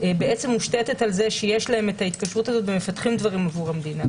בעצם מושתתת על זה שיש להם את ההתקשרות הזאת ומפתחים דברים עבור המדינה.